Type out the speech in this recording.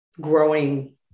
growing